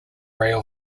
rail